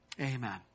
amen